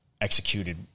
executed